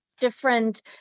different